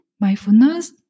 mindfulness